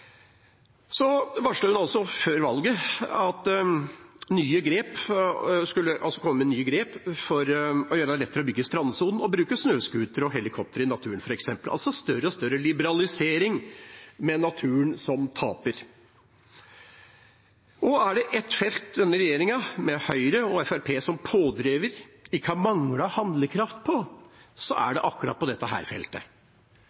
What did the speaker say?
Hun varslet altså før valget at det skulle tas nye grep for å gjøre det lettere å bygge i strandsonen og bruke snøscooter og helikopter i naturen, f.eks. – altså mer og mer liberalisering med naturen som taper. Er det et felt denne regjeringa, med Høyre og Fremskrittspartiet som pådrivere, ikke har manglet handlekraft på, er